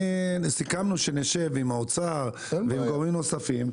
סיכמנו שנשב עם האוצר ועם גורמים נוספים.